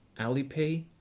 Alipay